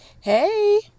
Hey